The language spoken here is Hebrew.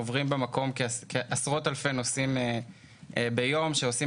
עוברים במקום עשרות אלפי נוסעים ביום שעושים